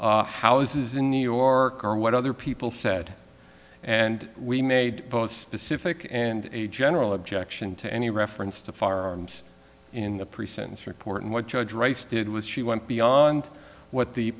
of houses in new york or what other people said and we made both specific and a general objection to any reference to firearms in the pre sentence report and what judge rice did was she went beyond what the